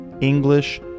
English